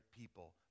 people